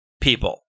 people